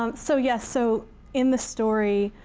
um so yes. so in the story,